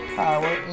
power